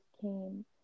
came